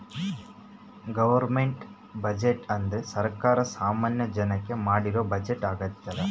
government budget ಅಂದ್ರೆ ಸರ್ಕಾರ ಸಾಮಾನ್ಯ ಜನಕ್ಕೆ ಮಾಡಿರೋ ಬಜೆಟ್ ಆಗ್ಯದ